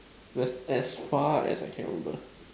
that's as far as I can remember